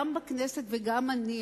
גם בכנסת וגם אני,